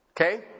Okay